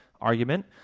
argument